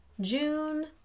june